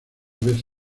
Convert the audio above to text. vez